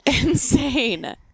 Insane